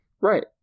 Right